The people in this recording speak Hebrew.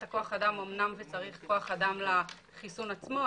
כוח אדם אמנם צריך כוח אדם לחיסון עצמו,